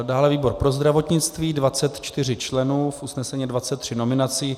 Dále výbor pro zdravotnictví, 24 členů, v usnesení je 23 nominací.